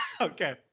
Okay